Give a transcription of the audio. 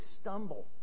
stumble